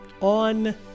on